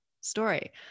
story